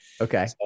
Okay